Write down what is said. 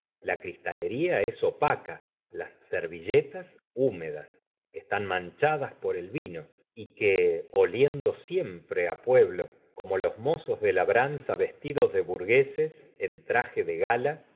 la cristáleria es opaca las servilletas húmedas están manchadas por el vino y que oliendo siempre á pueblo como los mozos de labranza vestidos de burgueses en traje de gala